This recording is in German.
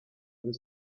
des